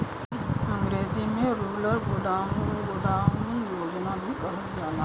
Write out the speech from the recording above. अंग्रेजी में rural godown योजना भी कहल जाला